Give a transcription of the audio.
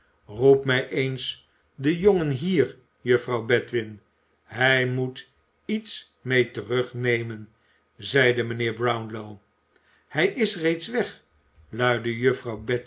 roep mij eens den jongen hier juffrouw bedwin hij moet iets mee terugnemen zeide mijnheer brownlow hij is reeds weg luidde juffrouw